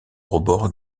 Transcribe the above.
rebord